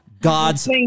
god's